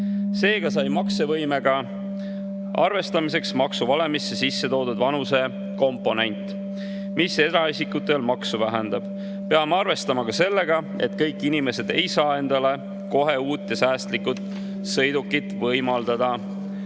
Seega sai maksevõimega arvestamiseks maksuvalemisse sisse toodud vanusekomponent, mis eraisikutel maksu vähendab. Peame arvestama ka sellega, et kõik inimesed ei saa endale kohe uut ja säästlikku sõidukit võimaldada.